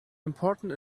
important